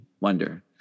wonder